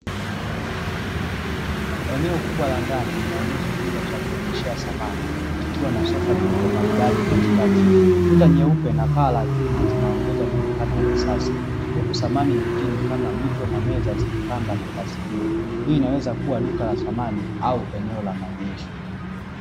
Eneo kubwa la ndani linaonyesha chumba cha kuonyeshea samani, kikiwa na sofa nyeupe maridadi katikati. Kuta nyeupe na paa la chuma zinaongeza muonekano wa kisasa, huku samani nyingine kama mito na meza zikipamba nafasi hiyo. Hili linaweza kuwa duka la samani au eneo la maonyesho.